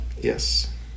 Yes